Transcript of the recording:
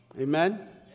Amen